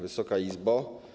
Wysoka Izbo!